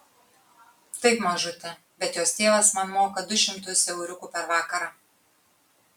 taip mažute bet jos tėvas man moka du šimtus euriukų per vakarą